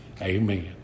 Amen